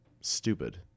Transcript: Stupid